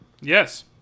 Yes